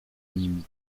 nimi